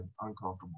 uncomfortable